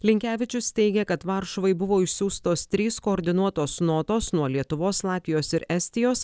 linkevičius teigė kad varšuvai buvo išsiųstos trys koordinuotos notos nuo lietuvos latvijos ir estijos